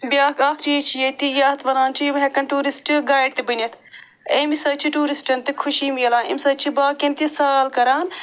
بیٛاکھ اکھ چیٖز چھُ ییٚتہِ یَتھ وَنان چھِ یِم ہٮ۪کن ٹوٗرسٹ گایڈ تہِ بٔنِتھ اَمہِ سۭتۍ چھُ ٹوٗرِسٹن تہِ خوشی میلان اَمہِ سۭتۍ چھِ باقین تہِ سال کَران